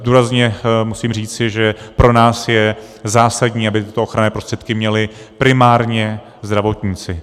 Důrazně musím říci, že pro nás je zásadní, aby tyto ochranné prostředky měli primárně zdravotníci.